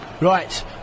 Right